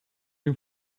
dem